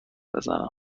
بزنم